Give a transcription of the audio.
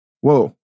whoa